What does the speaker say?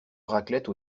raclette